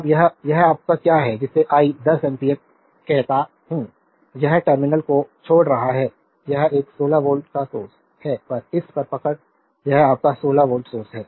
अब यह यह आपका क्या है जिसे आई 10 एम्पीयर कहता हूं यह टर्मिनल को छोड़ रहा है यह एक 16 वोल्ट का सोर्स है बस इस पर पकड़ यह आपका 16 वोल्ट सोर्स है